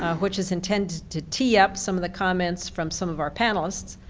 which is intended to tee up some of the comments from some of our panelists,